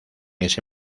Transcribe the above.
ese